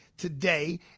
today